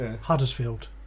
Huddersfield